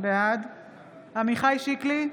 בעד עמיחי שיקלי,